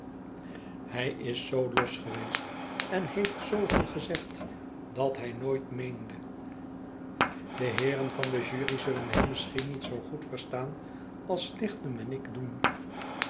hij is zoo los geweest en heeft zooveel gezegd dat hij nooit meende de heeren van de jury zullen hem misschien niet zoo goed verstaan als lignum en ik doen